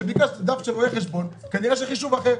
כשביקשת דף של רואה חשבון, כנראה חישוב אחר.